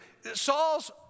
Saul's